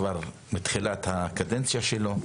כבר מתחילת הקדנציה שלו.